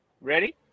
Ready